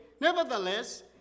Nevertheless